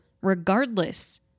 regardless